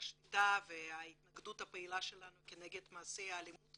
השביתה וההתנגדות הפעילה שלנו נגד מעשי האלימות